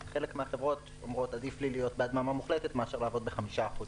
חלק מן החברות אומרות שעדיף להן להיות בהדממה מוחלטת מאשר לעבוד ב-5%.